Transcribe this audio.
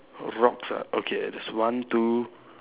rocks ah okay there's one two